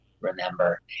remember